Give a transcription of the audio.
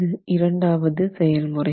இது இரண்டாவது செயல்முறை